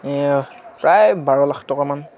প্ৰায় বাৰ লাখ টকামান